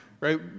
right